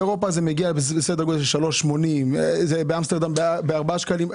באירופה זה מגיע לסדר-גודל של 3.80 ובאמשטרדם זה 4 שקלים.